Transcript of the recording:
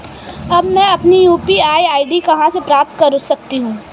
अब मैं अपनी यू.पी.आई आई.डी कहां से प्राप्त कर सकता हूं?